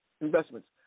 investments